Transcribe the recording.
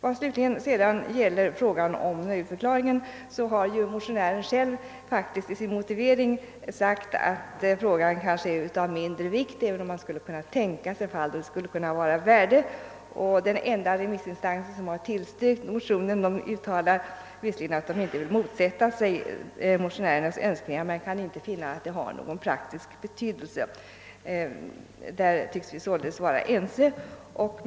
Vad slutligen gäller frågan om nöjdförklaringen, så har ju motionären själv sagt att den frågan kanske är av mindre vikt, även om man skulle kunna tänka sig fall då ändringen skulle vara av värde, Den enda remissinstans som har tillstyrkt motionen uttalar visserligen att den inte ville motsätta sig motionärernas önskemål, men den kan inte finna att detta har någon praktisk betydelse, Där tycks vi således vara ense.